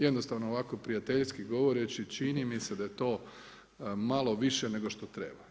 Jednostavno ovako prijateljski govoreći čini mi se da je to malo više nego što treba.